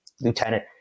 Lieutenant